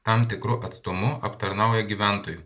tam tikru atstumu aptarnauja gyventojų